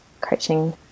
coaching